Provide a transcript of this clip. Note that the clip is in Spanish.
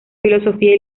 filosofía